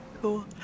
Cool